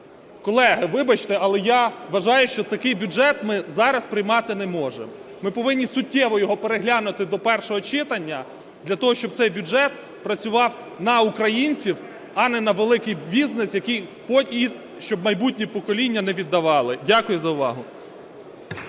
Колеги, вибачте, але я вважаю, що такий бюджет ми зараз приймати не можемо. Ми повинні суттєво його переглянути до першого читання для того, щоб цей бюджет працював на українців, а не на великий бізнес, який потім щоб майбутні покоління не віддавали. Дякую за увагу.